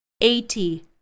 eighty